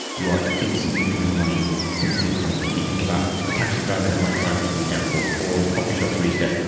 you are instantly putting money into the economy if you think about the taxi driver that might drive you from the airport or the coffee shop barista,